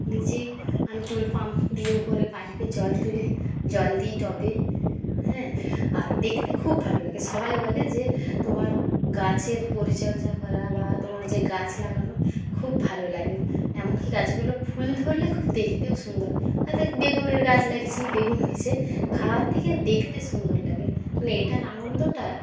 নিজেই আমি টুলু পাম্প দিয়ে উপরে পাইপে জল তুলে জল দিই টবে হ্যাঁ আর দেখতে খুব ভালো লাগে সবাই বলে যে তোমার গাছের পরিচর্যা করা বা তোমার যে গাছ লাগানো খুব ভালো লাগে এমনকি গাছগুলো ফুল ধরলে খুব দেখতেও সুন্দর আর তাই বেগুনের গাছ লাগিয়েছি বেগুন হয়েছে খাওয়ার থেকে দেখতে সুন্দর লাগে মানে এটার আনন্দটা